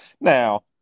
now